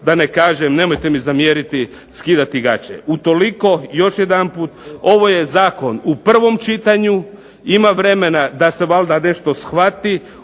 da ne kažem nemojte mi zamjeriti skidati gače. Utoliko još jedanput ovo je zakon u prvom čitanju. Ima vremena da se valjda nešto shvati